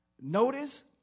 notice